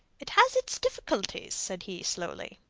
it has its difficulties, said he slowly.